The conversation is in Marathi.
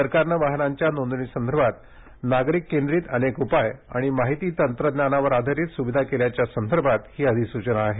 सरकारनं वाहनांच्या नोंदणीसंदर्भात नागरिक केंद्रित अनेक उपाय आणि माहिती तंत्रज्ञानावर आधारित सुविधा केल्याच्या संदर्भात ही अधिसूचना आहे